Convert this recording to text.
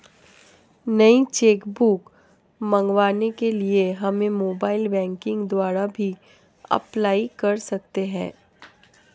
नई cheque book मंगवाने के लिए हम मोबाइल बैंकिंग द्वारा भी अप्लाई कर सकते है